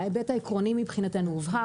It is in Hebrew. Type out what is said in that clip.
ההיבט העקרוני מבחינתנו הובהר.